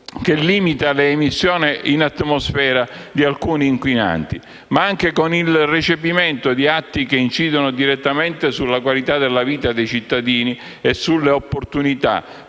che limita le emissioni in atmosfera di alcuni inquinanti. Ma anche con il recepimento di atti che incidono direttamente sulla qualità della vita di cittadini e sulle opportunità